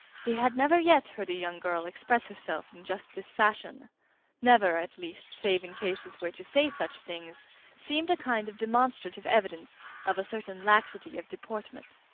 he had never yet heard a young girl express herself in just this fashion never, at least, save in cases where to say such things seemed a kind of demonstrative evidence of a certain laxity of deportment.